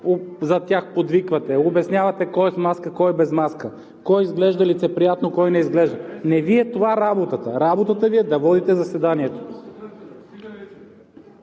Зад тях подвиквате, обяснявате кой е с маска, кой е без маска, кой изглежда лицеприятно, кой не изглежда. Не Ви е това работата! Работата Ви е да водите заседанието!